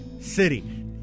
city